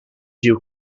you